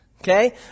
okay